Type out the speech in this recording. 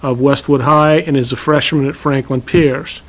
of westwood high and is a freshman at franklin pier